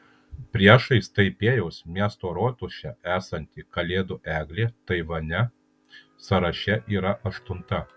priešais taipėjaus miesto rotušę esanti kalėdų eglė taivane sąraše yra aštunta